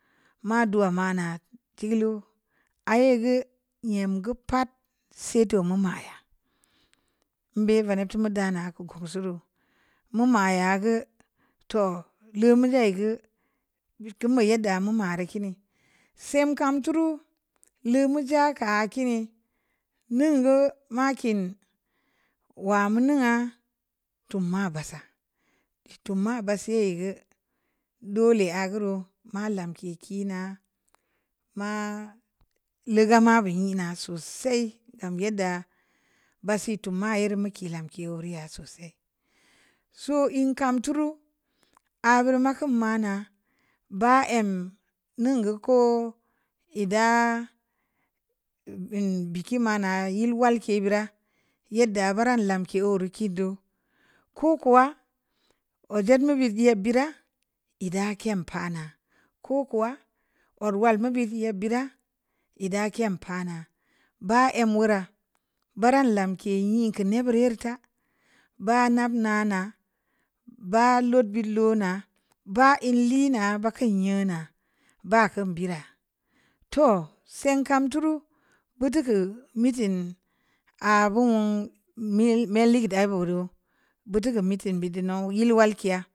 Maa duwa manaa tigeuluu, aah ye geu, nyam geu pat sei toh meu mayaa, nbe vaneb teu meu daa naa keu gongsii ruu, meu maya geu, toh, leu meu jai geu, bit keun beu yadda meu maa rii keuni, seng kam tuu ruu, leu meu jaa keu aah kini, ning geu, maa kiin, waa meu ningha, tum maa baassaah, tum ma bassaah yei geu, dole aah geu roo. maa lamke kiinaa, maa leugaa, mabe nyinaa sosai, gam yedda bassah ii tumma yeri meu kii lamke ya sosai, so in kam tuu ruu, aah beuri makeun maa naa, baa em ningeu ko ii daa, biki mana, yilwalke beura, yadda baran lamke oo beud kiin duu, ko-kowaa, odjed meu beud yeb beura, ii daa kem pah naa, ko-kowaa, odwal meu beud yeb beura, ii da kem pah naa, baa em wora, baran lamke nyin keu neb beura yeri tah, baa nab naana. baa lod beud loonaa, baa inliina, baa keu nyeuna, baa keun bira, toh! Seng kam tuu ruu, beu teu keu mitin, aah beu wong mel-mel ligeud aah beube beu youw, beuteu meitin beud nouw, yil wlkeya.